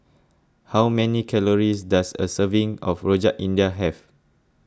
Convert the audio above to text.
how many calories does a serving of Rojak India have